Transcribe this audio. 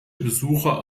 besucher